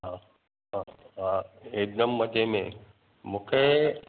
हा हा हा हिकदमि मजे में मूंखे